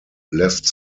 left